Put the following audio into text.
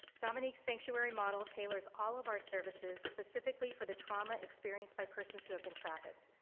dominique's sanctuary model tailors all of our services specifically for the trauma experienced by persons who have been trafficked.